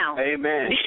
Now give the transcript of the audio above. Amen